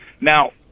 Now